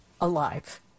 alive